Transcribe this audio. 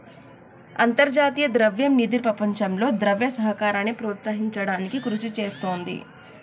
అంతర్జాతీయ ద్రవ్య నిధి ప్రపంచంలో ద్రవ్య సహకారాన్ని ప్రోత్సహించడానికి కృషి చేస్తుంది